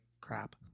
crap